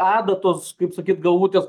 adatos kaip sakyt galvutės